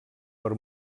per